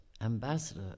Ambassador